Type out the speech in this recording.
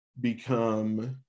become